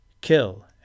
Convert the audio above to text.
kill